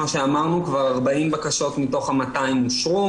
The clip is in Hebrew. כפי שאמרנו, כבר 40 בקשות מתוך ה-200 אושרו.